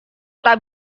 tak